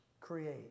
Create